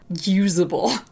usable